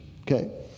okay